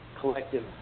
collective